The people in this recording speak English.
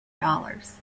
dollars